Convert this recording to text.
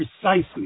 precisely